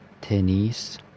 tennis